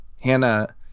Hannah